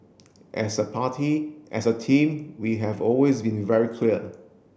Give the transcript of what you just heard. as a party as a team we have always been very clear